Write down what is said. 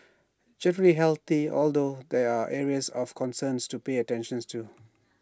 generally healthy although there are areas of concerns to pay attentions to